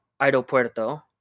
aeropuerto